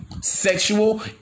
Sexual